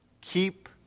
keep